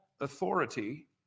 authority